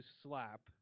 slap